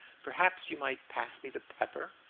perhaps you might pass me the pepper.